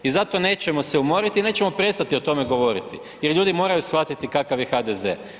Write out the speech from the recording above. I zato nećemo se umoriti i nećemo prestati o tome govoriti jer ljudi shvatiti kakav je HDZ.